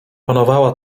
panowała